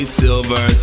silver